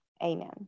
Amen